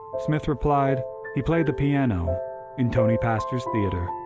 smith replied he played the piano in tony pastor's theatre.